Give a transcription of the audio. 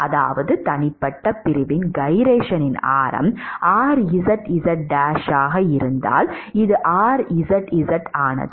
அதாவது தனிப்பட்ட பிரிவின் கைரேஷனின் ஆரம் rzz1 ஆக இருந்தால் இது rzz ஆனது